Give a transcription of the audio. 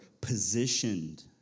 positioned